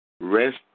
rest